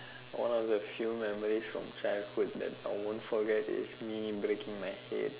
one of the few memories from childhood that I won't forget is me breaking my head